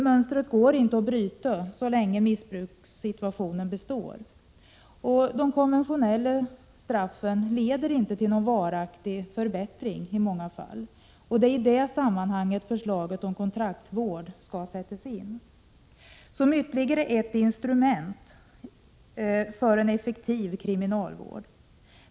Mönstret går inte att bryta så länge missbrukssituationen består. De konventionella straffen leder i många fall inte till någon varaktig förbättring. Det är i det sammanhanget som förslaget om kontraktsvård skall sättas in, som ytterligare ett instrument för en effektiv kriminalvård.